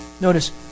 Notice